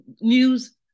news